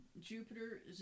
Jupiter